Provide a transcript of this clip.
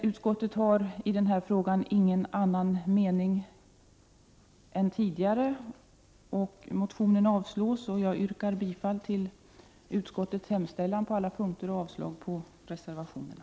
Utskottet har ingen annan mening än tidigare i denna fråga, och motionen avstyrks. Jag yrkar bifall till utskottets hemställan på alla punkter och avslag på reservationerna.